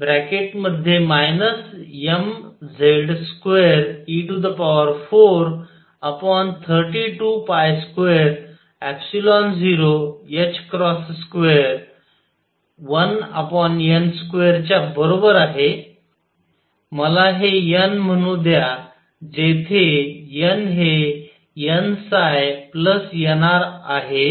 mZ2e43220221n2 च्या बरोबर आहे मला हे n म्हणू द्या जेथे n हे nnrआहे